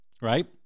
right